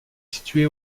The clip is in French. située